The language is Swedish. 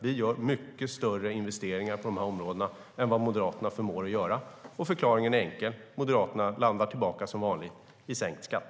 Vi gör mycket större investeringar på dessa områden än vad Moderaterna förmår göra. Förklaringen är enkel: Moderaterna landar som vanligt tillbaka i sänkt skatt.